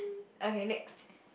okay next